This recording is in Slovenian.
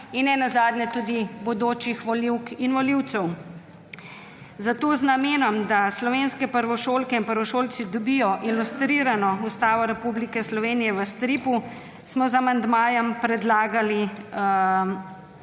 in nenazadnje tudi bodočih volivk in volivcev. Zato z namenom, da slovenske prvošolke in prvošolci dobijo ilustrirano Ustavo Republike Slovenije v stripu, smo z amandmajem predlagali